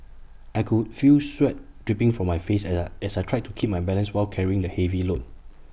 I could feel sweat dripping from my face as I as I tried to keep my balance while carrying the heavy load